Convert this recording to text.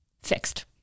fixed